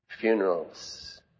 funerals